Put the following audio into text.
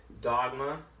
dogma